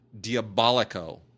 Diabolico